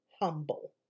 humble